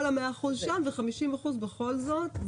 אבל עדיין כל ה-100% שם ו-50% בכל זאת,